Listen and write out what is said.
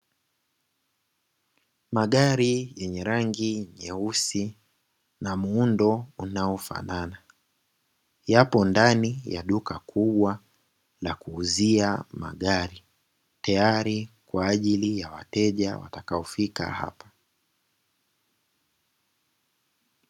Magari yenye rangi nyeusi na muundo wa inayofanana, yapo ndani ya duka kubwa la kuuzia magari tayari kwaajili ya wateja watakao fika hapo.